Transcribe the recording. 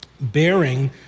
bearing